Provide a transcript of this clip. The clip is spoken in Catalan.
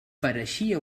pareixia